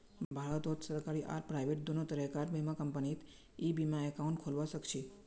भारतत सरकारी आर प्राइवेट दोनों तरह कार बीमा कंपनीत ई बीमा एकाउंट खोलवा सखछी